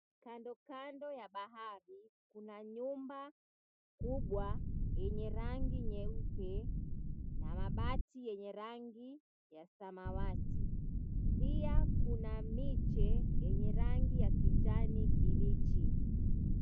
Kando kando ya bahari kuna nyumba kubwa yenye rangi nyeupe na mabati yenye rangi ya samawati. Pia kuna miche yenye rangi ya kijani kibichi.